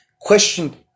question